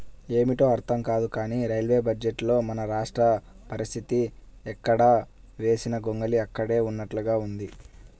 ఏమిటో అర్థం కాదు కానీ రైల్వే బడ్జెట్లో మన రాష్ట్ర పరిస్తితి ఎక్కడ వేసిన గొంగళి అక్కడే ఉన్నట్లుగా ఉంది